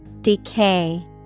Decay